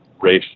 race